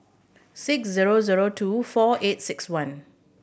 six zero zero two four eight six one